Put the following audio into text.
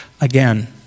again